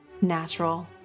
natural